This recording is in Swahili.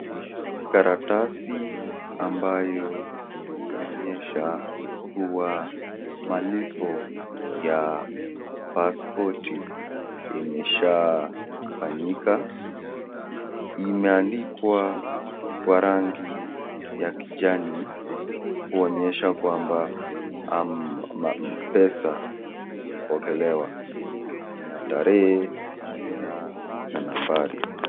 Karatasi ambayo inaonyesha kuwa malipo ya passpoti imeshafanyika imeeandikwa kwa rangi ya kijani kuonyesha kwamba pesa imepokelewa ina tarehe , jina na nambari.